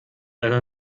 einer